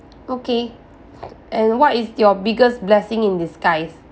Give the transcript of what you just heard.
okay and what is your biggest blessing in disguise